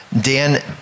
Dan